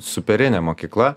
superinė mokykla